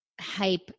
hype